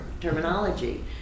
terminology